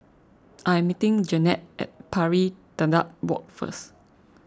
I am meeting Jeannette at Pari Dedap Walk first